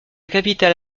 capitale